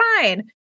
fine